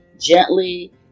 gently